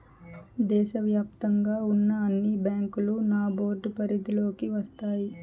దేశ వ్యాప్తంగా ఉన్న అన్ని బ్యాంకులు నాబార్డ్ పరిధిలోకి వస్తాయి